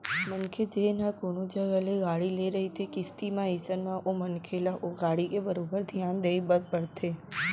मनखे जेन ह कोनो जघा ले गाड़ी ले रहिथे किस्ती म अइसन म ओ मनखे ल ओ गाड़ी के बरोबर धियान देय बर परथे